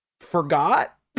forgot